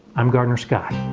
i'm gardener scott.